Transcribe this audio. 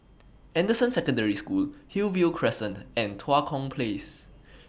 Anderson Secondary School Hillview Crescent and Tua Kong Place